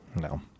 No